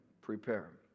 prepare